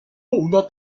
una